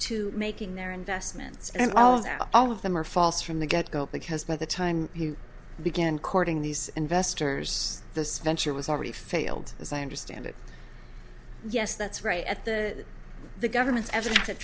to making their investments and all of that all of them are false from the get go because by the time you began courting these investors this venture was already failed as i understand it yes that's right at the the government's evidence